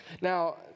Now